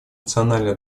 национальная